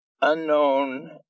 unknown